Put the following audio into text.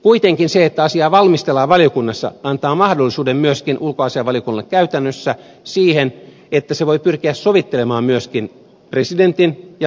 kuitenkin se että asiaa valmistellaan valiokunnassa antaa myöskin käytännössä ulkoasiainvaliokunnalle mahdollisuuden siihen että se voi pyrkiä myöskin sovittelemaan presidentin ja valtioneuvoston kannan välillä